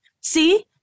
See